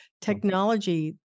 technology